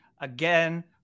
again